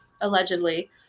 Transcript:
allegedly